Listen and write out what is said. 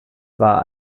war